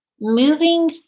moving